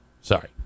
Sorry